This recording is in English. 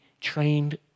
trained